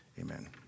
Amen